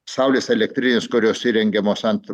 saulės elektrinės kurios įrengiamos ant